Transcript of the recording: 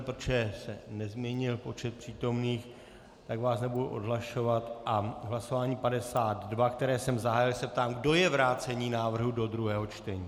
Protože se nezměnil počet přítomných, tak vás nebudu odhlašovat a v hlasování 52, které jsem zahájil, se ptám, kdo je pro vrácení návrhu do druhého čtení.